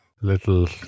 little